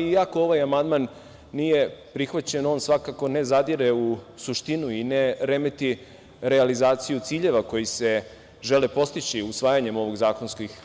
Iako ovaj amandman nije prihvaćen, on svakako ne zadire u suštinu i ne remeti realizaciju ciljeva koji se žele postići usvajanjem ovog